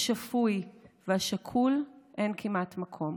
השפוי והשקול אין כמעט מקום.